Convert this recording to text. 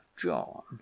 john